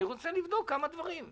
אני רוצה לבדוק כמה דברים.